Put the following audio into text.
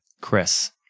chris